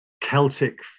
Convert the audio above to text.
Celtic